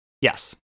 Yes